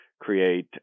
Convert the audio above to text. Create